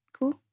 cool